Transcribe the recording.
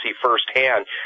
firsthand